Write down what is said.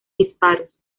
disparos